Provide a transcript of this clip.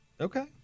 Okay